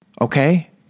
Okay